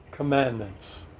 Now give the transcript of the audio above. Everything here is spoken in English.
commandments